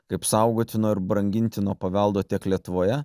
kaip saugotino ir brangintino paveldo tiek lietuvoje